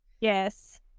Yes